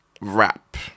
rap